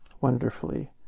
wonderfully